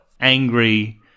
angry